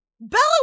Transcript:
Bella